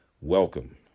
Welcome